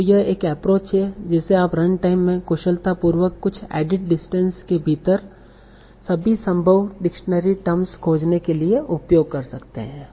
तो यह एक एप्रोच है जिसे आप रन टाइम में कुशलतापूर्वक कुछ एडिट डिस्टेंस के भीतर सभी संभव डिक्शनरी टर्म्स खोजने के लिए उपयोग कर सकते हैं